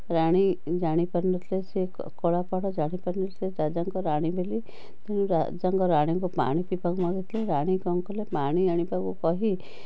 ରାଣୀ ଜାଣିପାରି ନ ଥିଲେ ସେ କଳାପାହାଡ଼ ଜାଣିପାରି ନ ଥିଲା ସେ ରାଜାଙ୍କ ରାଣୀ ବୋଲି ତେଣୁ ରାଜାଙ୍କ ରାଣୀଙ୍କୁ ପାଣି ପିଇବାକୁ ମାଗିଥିଲେ ରାଣୀ କ'ଣ କଲେ ପାଣି ଆଣିବାକୁ କହି